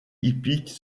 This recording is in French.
hippiques